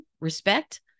respect